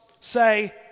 say